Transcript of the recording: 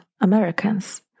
Americans